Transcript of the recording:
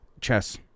chess